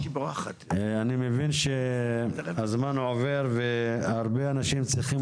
אני מבין שהזמן הוא עובר והרבה אנשים צריכים